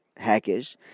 hackish